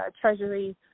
Treasury